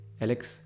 Alex